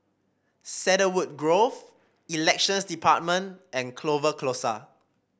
Cedarwood Grove Elections Department and Clover Close